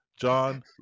John